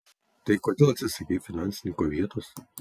tai kodėl atsisakei finansininko vietos